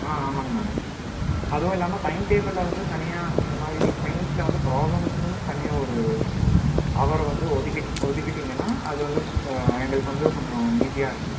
ஆ ஆமாம்ங்க மேடம் அதுவும் இல்லாம டைம் டேபிளில் வந்து தனியாக இந்தமாதிரி சைன்ஸில் வந்து ப்ராப்ளம்ஸுக்குன்னு தனியாக ஒரு ஹவரை வந்து ஒதுக்கிவிட்டு ஒத்துக்கிவிட்டீங்கன்னா அது வந்து எங்களுக்கு வந்து கொஞ்சம் ஈஸியாக இருக்கும்